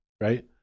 right